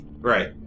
Right